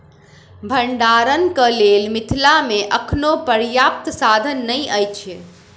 भंडारणक लेल मिथिला मे अखनो पर्याप्त साधन नै अछि